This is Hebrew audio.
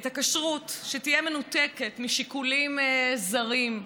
את הכשרות, שתהיה מנותקת משיקולים זרים,